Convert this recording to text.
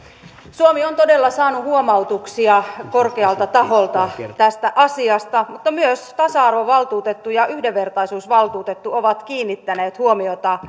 suomi on todella saanut huomautuksia korkealta taholta tästä asiasta mutta myös tasa arvovaltuutettu ja yhdenvertaisuusvaltuutettu ovat kiinnittäneet huomiota